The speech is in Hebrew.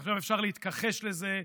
עכשיו אפשר להתכחש לזה,